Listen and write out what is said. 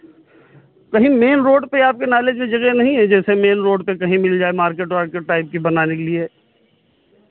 कहीं main road पे आपके नॉलेज में जगह नहीं है जैसे मेन रोड पे कहीं मिल जाए मार्केट वार्केट टाइप की बनाने के लिए